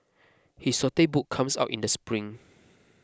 his saute book comes out in the spring